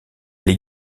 les